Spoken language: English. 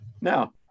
Now